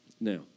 Now